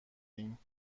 ایم